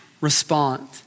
Respond